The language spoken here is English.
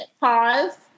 Pause